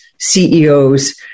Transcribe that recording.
CEOs